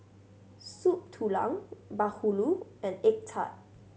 Soup Tulang bahulu and egg tart